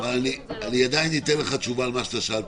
אני עדיין אתן לך תשובה על מה ששאלת,